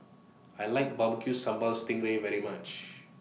I like Barbecue Sambal Sting Ray very much